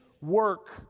work